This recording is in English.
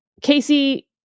Casey